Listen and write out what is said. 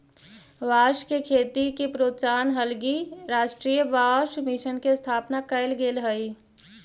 बाँस के खेती के प्रोत्साहन हलगी राष्ट्रीय बाँस मिशन के स्थापना कैल गेल हइ